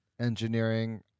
engineering